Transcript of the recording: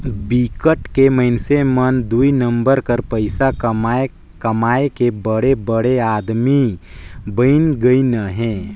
बिकट के मइनसे मन दुई नंबर कर पइसा कमाए कमाए के बड़े बड़े आदमी बइन गइन अहें